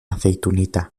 aceitunita